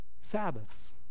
sabbaths